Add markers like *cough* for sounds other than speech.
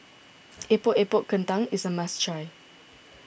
*noise* Epok Epok Kentang is a must try